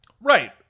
Right